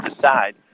decide